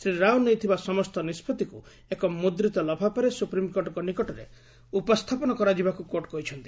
ଶ୍ରୀ ରାଓ ନେଇଥିବା ସମସ୍ତ ନିଷ୍ପଭିକୁ ଏକ ମୁଦ୍ରିତ ଲଫାପାରେ ସୁପ୍ରିମ୍କୋର୍ଟଙ୍କ ନିକଟରେ ଉପସ୍ଥାପନ କରାଯିବାକୁ କୋର୍ଟ କହିଛନ୍ତି